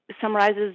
summarizes